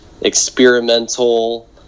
experimental